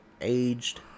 Aged